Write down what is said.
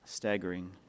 staggering